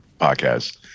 podcast